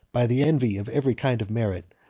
by the envy of every kind of merit,